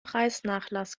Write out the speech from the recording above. preisnachlass